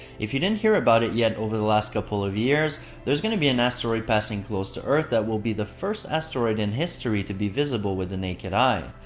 if you didn't hear about it yet over the last couple of years, there's gonna be an asteroid passing close to earth that will be the first asteroid in history to be visible with the naked eye.